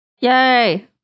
Yay